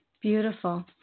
Beautiful